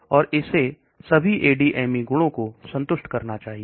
और इसे सभी ADME गुणों को संतुष्ट करना चाहिए